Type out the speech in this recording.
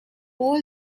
all